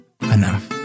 enough